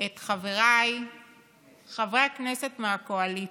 את חבריי חברי הכנסת מהקואליציה,